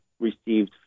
Received